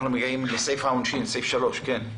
אנחנו מגיעים לסעיף העונשין, סעיף 3. כן.